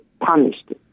punished